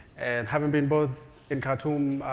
and having been both in khartoum,